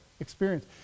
experience